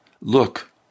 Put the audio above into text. Look